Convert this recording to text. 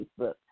Facebook